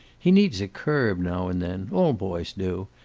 he needs a curb now and then. all boys do.